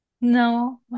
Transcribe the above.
No